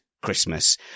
christmas